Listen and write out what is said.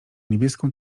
niebieską